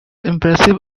impressive